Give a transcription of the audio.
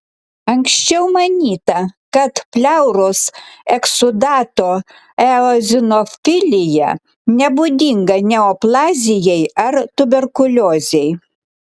anksčiau manyta kad pleuros eksudato eozinofilija nebūdinga neoplazijai ar tuberkuliozei